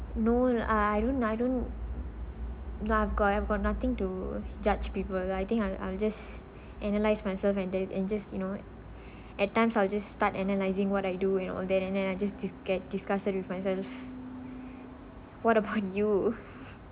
no I don't I don't I've got I've got nothing to judge people like I think I'll I'll just analyse myself and that and just you know what at times I'll just start analyzing what I do and all that and then I just disge~ disgust with myself what about you